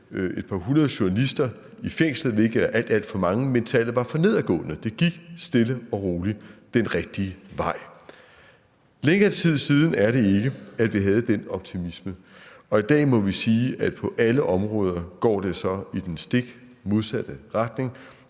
et par hundrede journalister i fængsel, hvilket er alt, alt for mange, men tallet var for nedadgående. Det gik stille og roligt den rigtige vej. Længere tid siden er det ikke, at vi havde den optimisme, og i dag må vi sige, at på alle områder går det så i den stik modsatte retning.